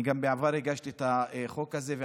גם בעבר הגשתי את החוק הזה.